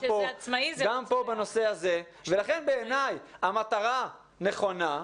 לכן בעיני המטרה נכונה,